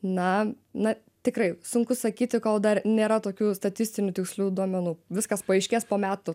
na na tikrai sunku sakyti kol dar nėra tokių statistinių tikslių duomenų viskas paaiškės po metų